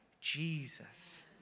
Jesus